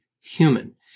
human